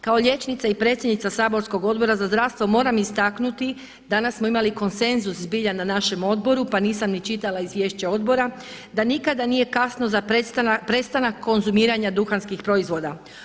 Kao liječnica i predsjednica saborskog Odbora za zdravstvo moram istaknuti danas smo imali konsenzus zbilja na našem odboru pa nisam ni čitala izviješće odbora, da nikada nije kasno za prestanak konzumiranja duhanskih proizvoda.